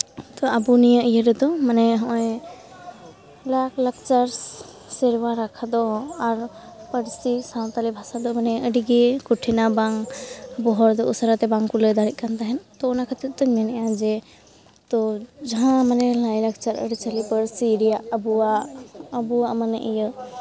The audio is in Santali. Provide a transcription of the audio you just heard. ᱛᱚ ᱟᱵᱚ ᱱᱤᱭᱟᱹ ᱤᱭᱟᱹ ᱨᱮᱫᱚ ᱢᱟᱱᱮ ᱱᱚᱜᱼᱚᱸᱭ ᱞᱟᱭᱼᱞᱟᱠᱪᱟᱨ ᱥᱮᱨᱣᱟ ᱨᱟᱠᱷᱟ ᱫᱚᱦᱚ ᱟᱨ ᱯᱟᱹᱨᱥᱤ ᱥᱟᱱᱛᱟᱲᱤ ᱵᱷᱟᱥᱟ ᱫᱚ ᱢᱟᱱᱮ ᱟᱹᱰᱤ ᱜᱮ ᱠᱚᱴᱷᱤᱱᱟ ᱵᱟᱝ ᱟᱵᱚ ᱦᱚᱲ ᱫᱚ ᱩᱥᱟᱹᱨᱟ ᱛᱮ ᱵᱟᱝ ᱠᱚ ᱞᱟᱹᱭ ᱫᱟᱲᱮᱭᱟᱜ ᱠᱟᱱ ᱛᱟᱦᱮᱸᱜ ᱛᱚ ᱚᱱᱟ ᱠᱷᱟᱹᱛᱤᱨ ᱛᱤᱧ ᱢᱮᱱᱮᱫᱼᱟ ᱡᱮ ᱛᱚ ᱡᱟᱦᱟᱸ ᱢᱟᱱᱮ ᱞᱟᱭᱼᱞᱟᱠᱪᱟᱨ ᱟᱹᱨᱤᱼᱪᱟᱹᱞᱤ ᱯᱟᱹᱨᱥᱤ ᱨᱮᱭᱟᱜ ᱟᱵᱚᱣᱟᱜ ᱟᱵᱚᱣᱟᱜ ᱢᱟᱱᱮ ᱤᱭᱟᱹ